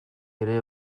ere